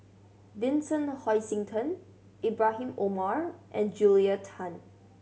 Vincent Hoisington Ibrahim Omar and Julia Tan